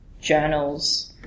journals